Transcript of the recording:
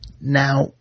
Now